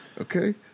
Okay